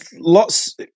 lots